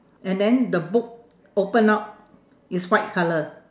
and then the book open up is white colour